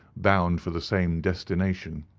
bound for the same destination.